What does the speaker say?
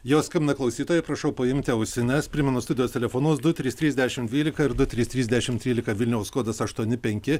jau skambina klausytojai prašau paimti ausines primenu studijos telefonus du trys trys dešimt dvylika ir du trys trys dešimt trylika vilniaus kodas aštuoni penki